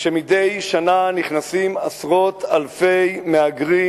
מדי שנה נכנסים עשרות אלפי מהגרים,